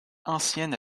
ancienne